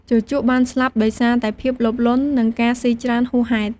ជូជកបានស្លាប់ដោយសារតែភាពលោភលន់ និងការស៊ីច្រើនហួសហេតុ។